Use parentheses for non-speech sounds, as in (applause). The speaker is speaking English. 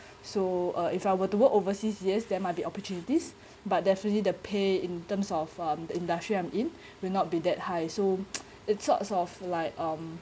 so if I were to work overseas yes there might be opportunities but definitely the pay in terms of um the industry I'm in will not be that high so (noise) it sorts of like um